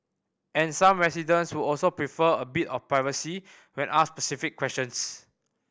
and some residents would also prefer a bit of privacy when asked specific questions